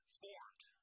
formed